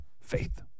Faith